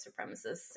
supremacists